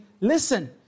listen